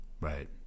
right